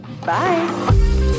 bye